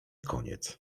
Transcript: koniec